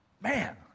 Man